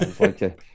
okay